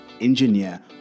engineer